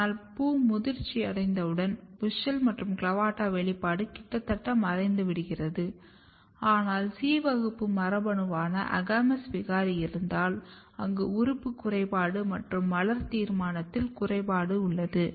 ஆனால் பூ முதிர்ச்சியடைந்தவுடன் WUSCHEL மற்றும் CLAVATA3 வெளிப்பாடு கிட்டத்தட்ட மறைந்துவிடுகிறது ஆனால் C வகுப்பு மரபணுவான AGAMOUS விகாரி இருந்தால் அங்கு உறுப்பு குறைபாடு மற்றும் மலர் தீர்மானத்தில் குறைபாடு உள்ளது